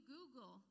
Google